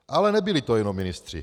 Ale nebyli to jenom ministři.